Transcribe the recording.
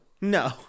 No